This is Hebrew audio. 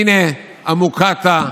הינה, המוקטעה